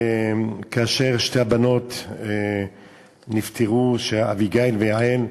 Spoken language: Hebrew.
כאשר שתי הבנות נפטרו, אביגיל ויעל,